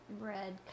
red